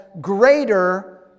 greater